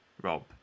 Rob